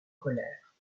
colère